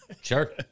Sure